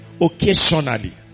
occasionally